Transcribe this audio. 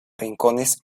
rincones